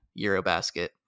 Eurobasket